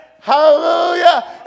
Hallelujah